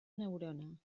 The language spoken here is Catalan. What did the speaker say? neurona